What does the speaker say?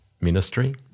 ministry